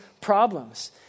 problems